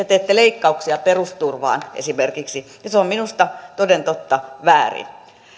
teette leikkauksia esimerkiksi perusturvaan ja se on minusta toden totta väärin